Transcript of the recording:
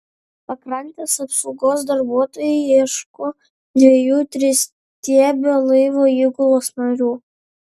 pakrantės apsaugos darbuotojai ieško dviejų tristiebio laivo įgulos narių